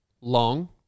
Long